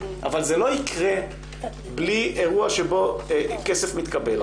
אבל זה לא יקרה בלי אירוע שבו כסף מתקבל.